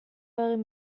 egin